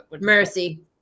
mercy